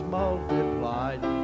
multiplied